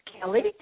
Kelly